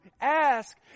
Ask